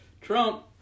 Trump